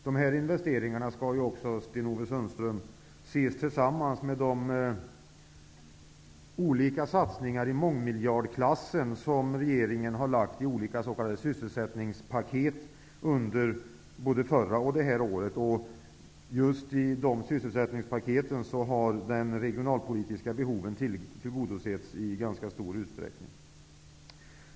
Dessa investeringar skall också, Sten-Ove Sundström, ses tillsammans med de olika satsningar i mångmiljardklassen som regeringen har gjort i olika s.k. sysselsättningspaket, både förra året och i år. Just i dessa sysselsättningspaket har de regionalpolitiska behoven tillgodosetts i ganska stor utsträckning.